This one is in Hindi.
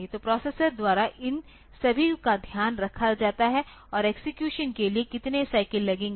तो प्रोसेसर द्वारा इन सभी का ध्यान रखा जाता है और एक्सेक्यूशन के लिए कितने साइकिल लगेंगे